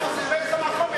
באיזה מקום הם?